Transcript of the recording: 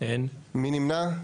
מי נמנע?